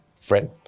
friend